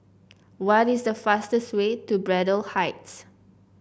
what is the fastest way to Braddell Heights